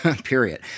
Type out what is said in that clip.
period